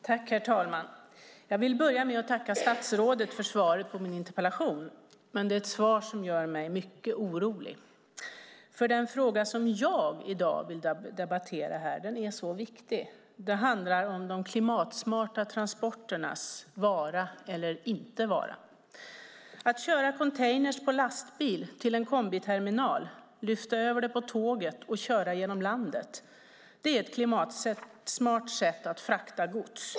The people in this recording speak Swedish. Herr talman! Jag börjar med att tacka statsrådet för svaret på min interpellation. Men det är ett svar som gör mig mycket orolig. Den fråga som jag vill debattera här i dag är så viktig. Den handlar om de klimatsmarta transporternas vara eller inte vara. Att köra containrar på lastbil till en kombiterminal, lyfta över dem på tåget och köra genom landet är ett klimatsmart sätt att frakta gods.